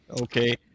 okay